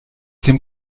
dem